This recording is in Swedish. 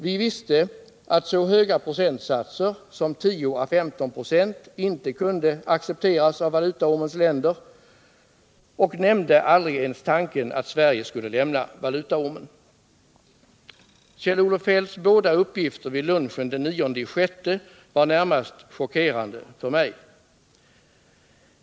Vi visste att så höga procentsatser som 10 å 15 96 inte kunde accepteras av valutaormens länder och nämnde aldrig ens tanken att Sverige skulle lämna valutaormen. - Kjell-Olof Feldts båda uppgifter vid lunchen den 9 juni var närmast chockerande för mig!